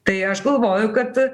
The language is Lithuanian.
tai aš galvoju kad